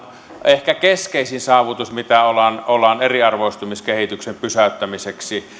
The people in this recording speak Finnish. ehkä keskeisin saavutus mitä olemme eriarvoistumiskehityksen pysäyttämiseksi